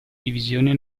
divisione